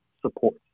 support